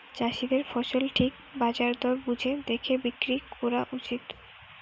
চাষীদের ফসল ঠিক বাজার দর বুঝে দেখে বিক্রি কোরা উচিত